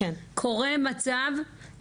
קורה מצב,